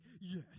yes